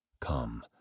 Come